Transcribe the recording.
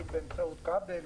באמצעות כבל.